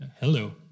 Hello